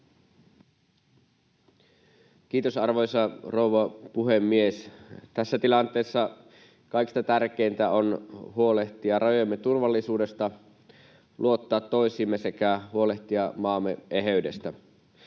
Kiitos, arvoisa rouva puhemies! Tässä tilanteessa kaikista tärkeintä on huolehtia rajojemme turvallisuudesta, luottaa toisiimme sekä huolehtia maamme eheydestä.